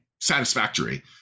satisfactory